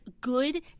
good